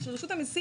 זה של רשות המסים.